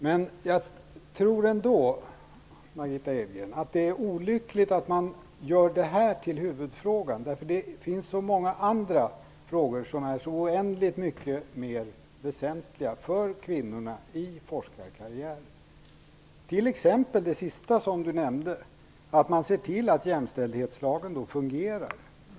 Men jag tror ändå att det är olyckligt att man gör detta till huvudfrågan, det finns så många andra frågor som är oändligt mycket mer väsentliga för kvinnorna i forskarkarriären, t.ex. det sista Margitta Edgren nämnde, att man ser till att jämställdhetslagen fungerar.